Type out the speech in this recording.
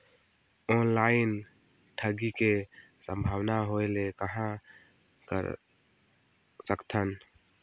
Online ठगी के संभावना होय ले कहां कर सकथन?